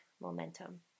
momentum